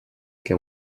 què